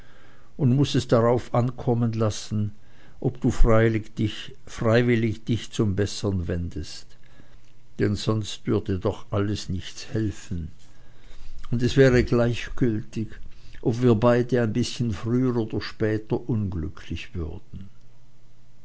und muß es darauf ankommen lassen ob du freiwillig dich zum bessern wendest denn sonst würde doch alles nichts helfen und es wäre gleichgültig ob wir beide ein bißchen früher oder später unglücklich würden